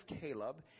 Caleb